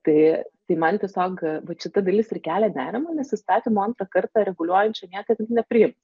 tai tai man tiesiog vat šita dalis ir kelia nerimą nes įstatymo antrą kartą reguliuojančio niekad ir nepriim